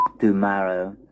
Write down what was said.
Tomorrow